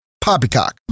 poppycock